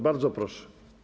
Bardzo proszę.